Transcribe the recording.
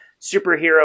superhero